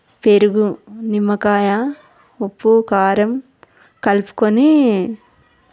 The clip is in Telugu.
పెరుగు నిమ్మకాయ ఉప్పు కారం కలుపుకొని